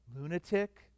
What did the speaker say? lunatic